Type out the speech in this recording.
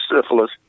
syphilis